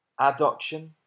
adduction